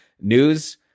news